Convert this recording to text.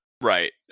right